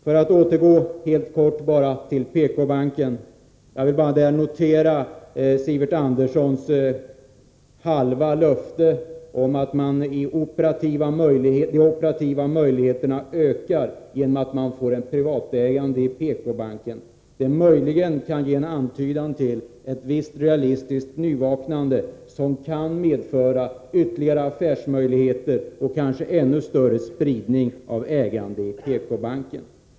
För att helt kort återgå till PK-banken vill jag bara notera Sivert Anderssons halva löfte och vad han sade om att de operativa möjligheterna ökar genom att man får ett privat ägande i PK-banken. Detta kan möjligen ge en antydan om ett visst realistiskt nyvaknande, som kan medföra ytterligare affärsmöjligheter och kanske ännu större spridning av ägandet i PK-banken.